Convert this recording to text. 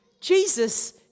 Jesus